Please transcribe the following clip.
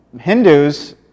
Hindus